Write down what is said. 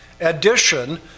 addition